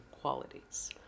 qualities